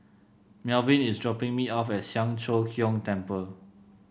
Melvyn is dropping me off at Siang Cho Keong Temple